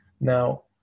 Now